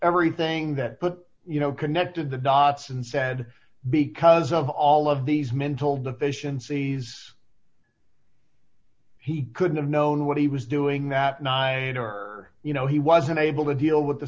everything that put you know connected the dots and said because of all of these mental deficiencies he couldn't have known what he was doing that ny or you know he was unable to deal with the